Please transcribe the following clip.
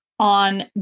on